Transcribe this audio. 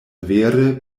vere